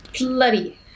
Bloody